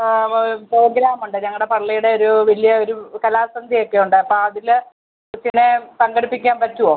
പ്രോഗ്രാമുണ്ട് ഞങ്ങളുടെ പള്ളിയുടെ ഒരു വലിയ ഒരു കലാസന്ധ്യയൊക്കെയുണ്ട് അപ്പോൾ അതിൽ കൊച്ചിനെ പങ്കെടുപ്പിക്കാൻ പറ്റുമോ